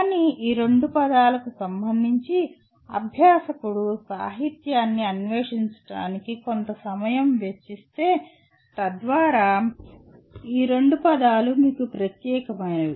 కానీ ఈ రెండు పదాలకు సంబంధించి అభ్యాసకుడు సాహిత్యాన్ని అన్వేషించడానికి కొంత సమయం వ్యచ్చిస్తే తద్వారా ఈ రెండు పదాలు మీకు ప్రత్యేకమైనవి